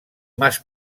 mas